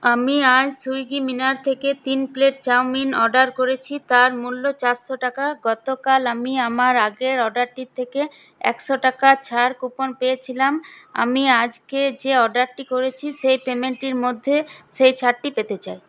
আমি আর সুইগি মিনার থেকে তিন প্লেট চাউমিন অর্ডার করেছি তার মূল্য চারশো টাকা গতকাল আমি আমার আগের অর্ডারটির থেকে একশো টাকা ছাড় কুপন পেয়েছিলাম আমি আজকে যে অর্ডারটি করেছি সেই পেমেন্টের মধ্যে সেই ছাড়টি পেতে চাই